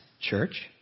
church